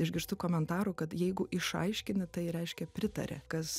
išgirstu komentarų kad jeigu išaiškini tai reiškia pritaria kas